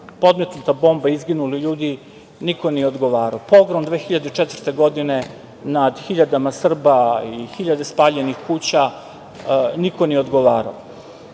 podmetnuta bomba, izginuli ljudi, niko nije odgovarao. Pogrom 2004. godine nad hiljadama Srba i hiljade spaljenih kuća – niko nije odgovarao. Kad